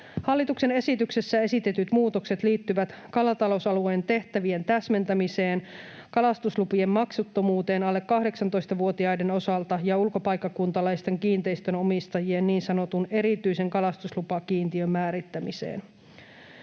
Hallituksen esityksessä esitetyt muutokset liittyvät kalatalousalueen tehtävien täsmentämiseen, kalastuslupien maksuttomuuteen alle 18-vuotiaiden osalta ja ulkopaikkakuntalaisten kiinteistönomistajien niin sanotun erityisen kalastuslupakiintiön määrittämiseen.